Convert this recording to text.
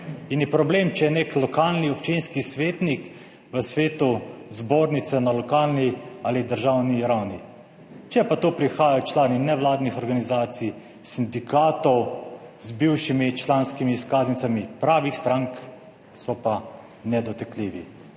ven in problem je. Če je nek lokalni, občinski svetnik v svetu zbornice na lokalni ali državni ravni. Če pa to prihajajo člani nevladnih organizacij, sindikatov z bivšimi članskimi izkaznicami pravih strank so pa nedotakljivi.